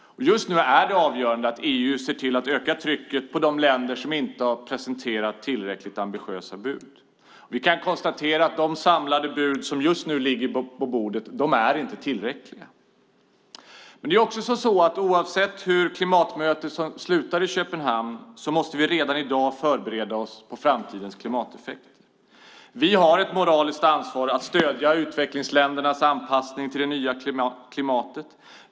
Just nu är det avgörande att EU ser till att öka trycket på de länder som inte har presenterat tillräckligt ambitiösa bud. Vi kan konstatera att de samlade bud som just nu ligger på bordet inte är tillräckliga. Oavsett hur klimatmötet i Köpenhamn slutar måste vi redan i dag förbereda oss på framtidens klimateffekter. Vi har ett moraliskt ansvar för att stödja utvecklingsländernas anpassning till det nya klimatet.